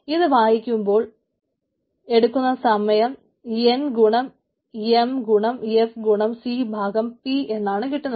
ഇത് വായിക്കുവാൻ എടുക്കുന്ന സമയം എൻ ഗുണം എം ഗുണം എഫ് ഗുണം സി ഭാഗം പി എന്നാണ് കിട്ടുന്നത്